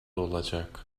olacak